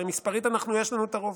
הרי מספרית יש לנו את הרוב.